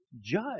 judge